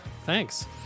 Thanks